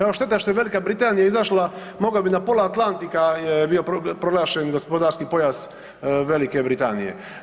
Evo šteta što je Velika Britanija izašla mogla bi na pola Atlantika je bio proglašen gospodarski pojas Velike Britanije.